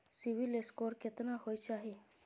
CIBIL score केतना होय चाही?